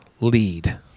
lead